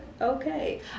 Okay